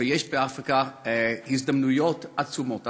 ויש באפריקה הזדמנויות עצומות.